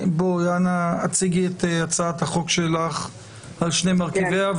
אנא הציגי את הצעת החוק שלך על שני מרכיביה,